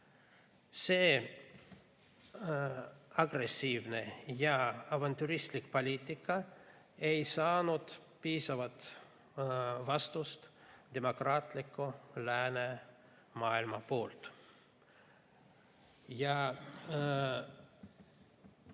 See agressiivne ja avantüristlik poliitika ei saanud piisavat vastust demokraatlikult läänemaailmalt. Nüüd,